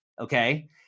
Okay